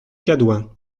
cadouin